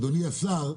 אדוני השר,